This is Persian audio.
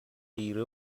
خیره